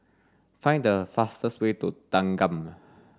find the fastest way to Thanggam